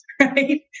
right